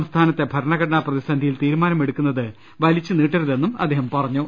സംസ്ഥാ നത്തെ ഭരണഘടനാ പ്രതിസന്ധിയിൽ തീരുമാനം എടുക്കുന്നത് വലിച്ച് നീട്ടരുതെന്നും അദ്ദേഹം പറഞ്ഞു